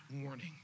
warning